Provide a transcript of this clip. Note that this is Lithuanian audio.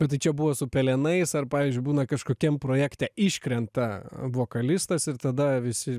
ir tai čia buvo su pelenais ar pavyzdžiui būna kažkokiam projekte iškrenta vokalistas ir tada visi